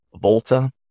volta